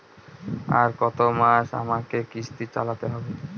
আর কতমাস আমাকে কিস্তি চালাতে হবে?